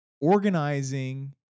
organizing